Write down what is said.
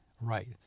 right